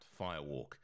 Firewalk